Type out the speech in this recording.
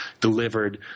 delivered